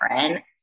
different